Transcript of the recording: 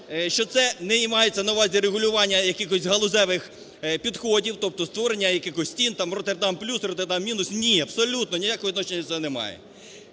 що це не мається на увазі регулювання якихось галузевих підходів, тобто створення якихось цін, там "Роттердам плюс", "Роттердам мінус", ні, абсолютно ніякого відношення це не має.